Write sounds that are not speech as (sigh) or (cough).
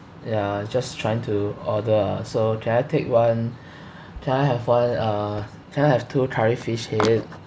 ya just trying to order ah so can I take one (breath) can I have one uh can I have two curry fish head